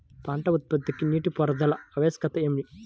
పంట ఉత్పత్తికి నీటిపారుదల ఆవశ్యకత ఏమి?